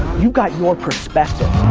you've got your perspective.